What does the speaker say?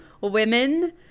women